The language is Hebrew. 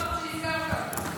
יישר כוח גם לך שהזכרת אותם.